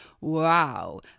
Wow